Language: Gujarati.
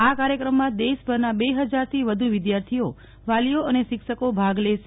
આ કાર્યક્રમમાં દેશભરના બે હજારથી વધુ વિધાર્થીઓવાલીઓ અને શિક્ષકો ભાગ લેશે